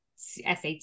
SAT